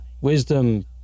wisdom